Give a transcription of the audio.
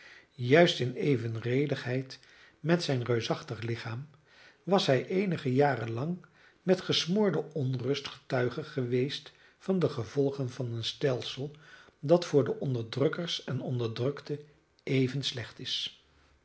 juist in evenredigheid met zijn reusachtig lichaam was hij eenige jaren lang met gesmoorde onrust getuige geweest van de gevolgen van een stelsel dat voor de onderdrukkers en onderdrukten even slecht is